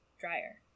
dryer